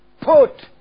put